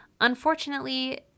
Unfortunately